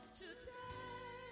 today